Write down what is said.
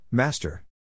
Master